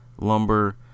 Lumber